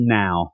now